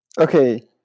Okay